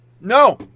No